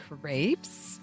crepes